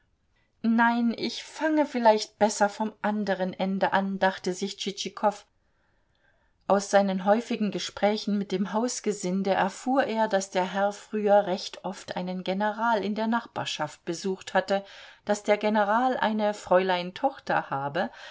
nein ich fange vielleicht besser vom anderen ende an dachte sich tschitschikow aus seinen häufigen gesprächen mit dem hausgesinde erfuhr er daß der herr früher recht oft einen general in der nachbarschaft besucht hatte daß der general eine fräulein tochter habe